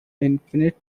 infinite